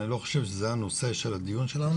אני לא חושב שזה הנושא של הדיון שלנו,